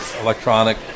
electronic